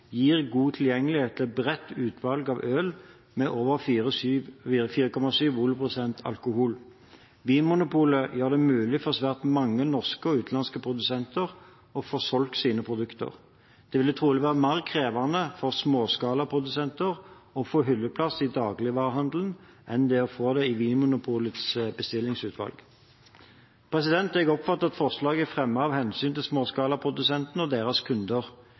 gir god tilgjengelighet til et bredt utvalg øl med over 4,7 volumprosent alkohol. Vinmonopolet gjør det mulig for svært mange norske og utenlandske produsenter å få solgt sine produkter. Det vil trolig være mer krevende for småskalaprodusenter å få hylleplass i dagligvarehandelen enn i Vinmonopolets bestillingsutvalg. Jeg oppfatter at forslaget er fremmet av hensyn til småskalaprodusentene og deres kunder.